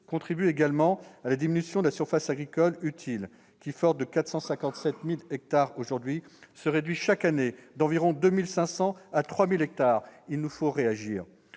contribuent également à la diminution de la surface agricole utile qui, forte de 457 000 hectares aujourd'hui, se réduit chaque année d'environ 2 500 à 3 000 hectares- il nous faut réagir.